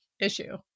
issue